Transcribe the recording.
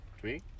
Three